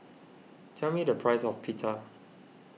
tell me the price of Pita